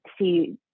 see